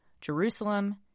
Jerusalem